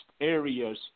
areas